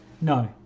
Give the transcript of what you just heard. No